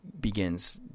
begins